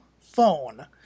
phone